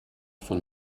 von